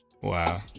Wow